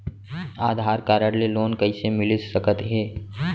आधार card ले loan कइसे मिलिस सकत हे?